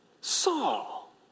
Saul